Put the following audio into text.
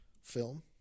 Film